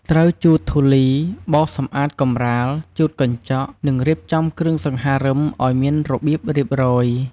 ត្រូវជូតធូលី បោសសំអាតកម្រាល ជូតកញ្ចក់ និងរៀបចំគ្រឿងសង្ហារឹមឱ្យមានរបៀបរៀបរយ។